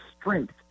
strength